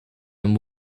and